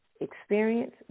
experience